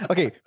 Okay